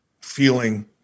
feeling